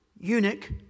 eunuch